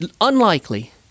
unlikely